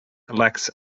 lacks